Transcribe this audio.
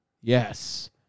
yes